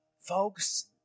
Folks